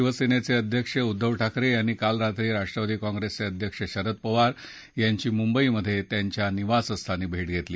शिवसेनेचे अध्यक्ष उद्दव ठाकरे यांनी काल रात्री राष्ट्रवादी काँप्रेसचे अध्यक्ष शरद पवार यांची मुंबईत त्यांच्या निवासस्थानी भेट घेतली